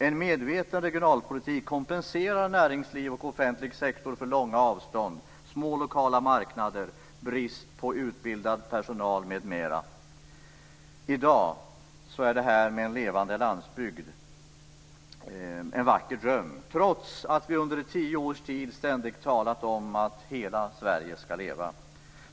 En medveten regionalpolitik kompenserar näringsliv och offentlig sektor för långa avstånd, små lokala marknader, brist på utbildad personal m.m. I dag är en levande landsbygd en vacker dröm, trots att vi under tio års tid ständigt talat om att hela Sverige skall leva.